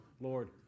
Lord